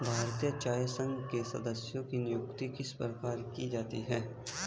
भारतीय चाय संघ के सदस्यों की नियुक्ति किस प्रकार की जाती है?